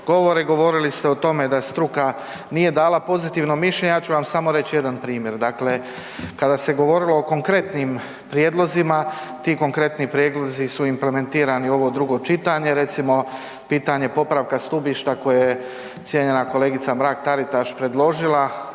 Govorili ste o tome da struka nije dala pozitivno mišljenje, ja ću vam reći samo jedan primjer. Dakle, kada se govorilo o konkretnim prijedlozima ti konkretni prijedlozi su implementirani u ovo drugo čitanje, recimo pitanje popravka stubišta koje je cijenjena kolegica Mrak Taritaš predložila,